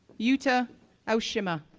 yuta aoshima,